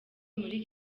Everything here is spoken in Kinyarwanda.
muri